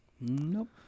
Nope